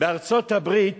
בארצות-הברית